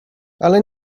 ale